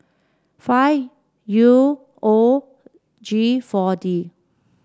five U O G four D